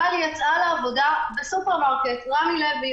אבל היא יצאה לעבודה בסופרמרקט "רמי לוי",